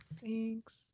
Thanks